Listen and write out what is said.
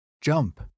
jump